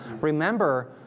Remember